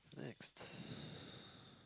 next